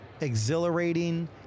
exhilarating